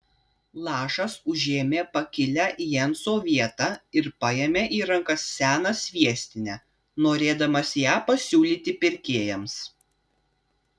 lašas užėmė pakilią jenso vietą ir paėmė į rankas seną sviestinę norėdamas ją pasiūlyti pirkėjams